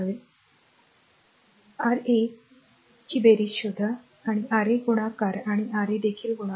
a a a R a R a a a a ची बेरीज शोधा एक a R a गुणाकार आणि एक a R a देखील गुणाकार